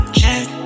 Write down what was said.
check